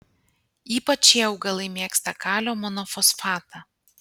ypač šie augalai mėgsta kalio monofosfatą